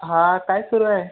हां काय सुरू आहे